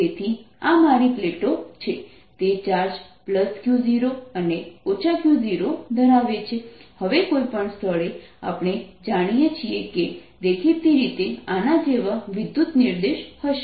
તેથી આ મારી પ્લેટો છે તે ચાર્જ Q0 અને Q0 ધરાવે છે હવે કોઈપણ સ્થળે આપણે જાણીએ છીએ કે દેખીતી રીતે આના જેવા વિદ્યુત નિર્દેશ હશે